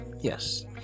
Yes